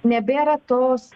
nebėra tos